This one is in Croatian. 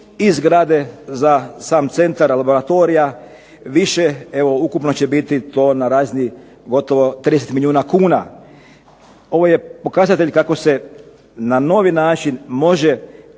i zgrade za sam centar laboratorija više evo ukupno će to biti na razini gotovo 30 milijuna kuna. Ovo je pokazatelj kako se na novi način može